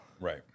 right